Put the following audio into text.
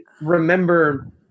remember